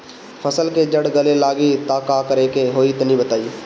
फसल के जड़ गले लागि त का करेके होई तनि बताई?